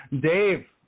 Dave